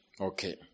Okay